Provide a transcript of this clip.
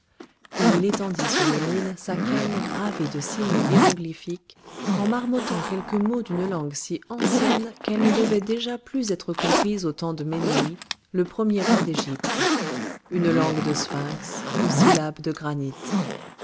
et il étendit sur le nil sa canne gravée de signes hiéroglyphiques en marmottant quelques mots d'une langue si ancienne qu'elle ne devait déjà plus être comprise au temps de ménei le premier roi d'égypte une langue de sphinx aux syllabes de granit